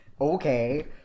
Okay